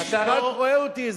אתה רק רואה אותי,